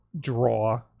draw